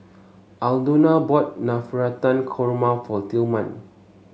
Aldona bought Navratan Korma for Tillman